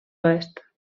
oest